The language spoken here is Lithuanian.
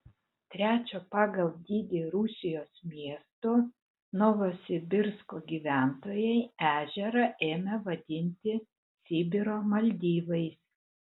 trečio pagal dydį rusijos miesto novosibirsko gyventojai ežerą ėmė vadinti sibiro maldyvais